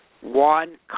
One